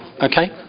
Okay